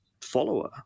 follower